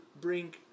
bring